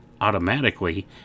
automatically